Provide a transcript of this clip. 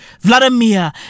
Vladimir